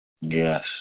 Yes